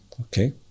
Okay